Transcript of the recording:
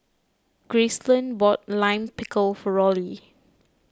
Gracelyn bought Lime Pickle for Rollie